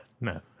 No